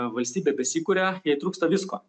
valstybė besikuria jai trūksta visko